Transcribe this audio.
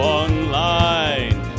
online